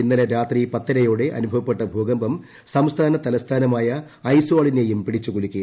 ഇന്നലെ രാത്രി പത്തരയോടെ അനുഭവപ്പെട്ട ഭൂകമ്പം സംസ്ഥാന തലസ്ഥാനമായ ഐസ്വാളിനേയും പിടിച്ചു കുലുക്കി